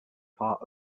part